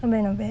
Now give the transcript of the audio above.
not bad not bad